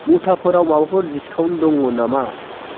मुथाफोराव माबाफोर डिसकाउन्ट दङ नामा